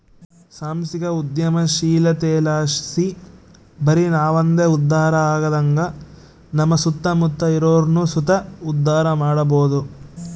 ಸಾಂಸ್ಥಿಕ ಉದ್ಯಮಶೀಲತೆಲಾಸಿ ಬರಿ ನಾವಂದೆ ಉದ್ಧಾರ ಆಗದಂಗ ನಮ್ಮ ಸುತ್ತಮುತ್ತ ಇರೋರ್ನು ಸುತ ಉದ್ಧಾರ ಮಾಡಬೋದು